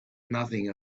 nothing